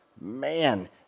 Man